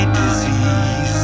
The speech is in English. disease